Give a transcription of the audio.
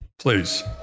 please